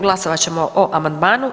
Glasovat ćemo o amandmanu.